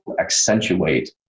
accentuate